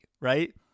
right